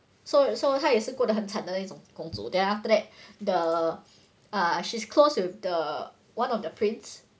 so so 他也是过得很惨的那种公主 then after that the uh she's close with the one of the prince